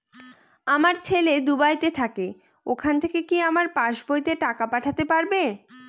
আমার ছেলে দুবাইতে থাকে ওখান থেকে কি আমার পাসবইতে টাকা পাঠাতে পারবে?